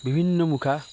বিভিন্ন মুখাৰ